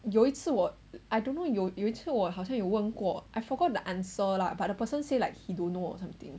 有一次我 I don't know 有有一次我好像有问过 I forgot the answer lah but the person say like he don't know or something